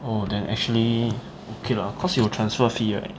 oh then actually okay lah because it will transfer fee right